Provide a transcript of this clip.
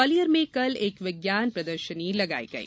ग्वालियर में कल एक विज्ञान प्रदर्शनी लगाई गई